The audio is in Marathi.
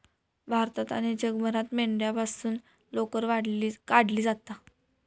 भारतात आणि जगभरात मेंढ्यांपासून लोकर काढली जाता